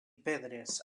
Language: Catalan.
pedres